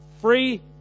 free